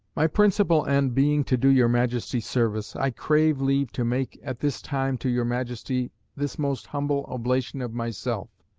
my principal end being to do your majesty service, i crave leave to make at this time to your majesty this most humble oblation of myself.